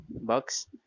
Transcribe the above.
bucks